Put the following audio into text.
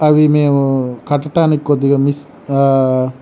అవి మేము కట్టుటానికి కొద్దిగా మిస్